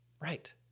Right